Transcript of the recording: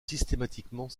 systématiquement